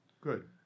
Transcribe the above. Good